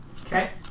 Okay